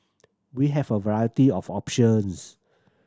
we have a variety of options